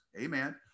amen